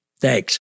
Thanks